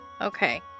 Okay